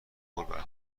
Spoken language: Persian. برخورد